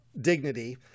dignity